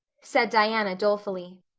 said diana dolefully.